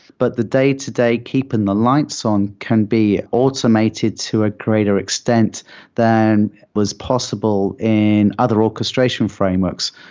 but the day-to-day keeping the lights on can be automated to a greater extent than was possible in other orchestration frameworks.